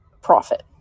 profit